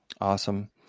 Awesome